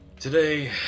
Today